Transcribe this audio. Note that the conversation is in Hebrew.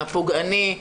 הפוגעני,